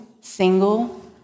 single